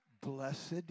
blessed